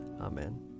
Amen